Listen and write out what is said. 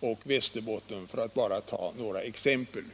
och Västerbotten, för att bara ta några exempel.